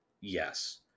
Yes